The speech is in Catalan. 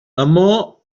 amor